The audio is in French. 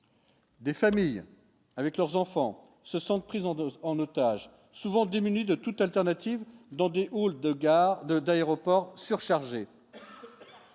Des familles avec leurs enfants se sentent pris en 2 en otage, souvent démunis de toute alternative Dender ou de garde d'aéroports surchargés.